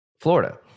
Florida